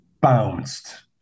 bounced